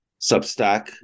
Substack